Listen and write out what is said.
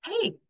hey